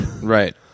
Right